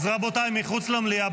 אז רבותיי, מחוץ למליאה,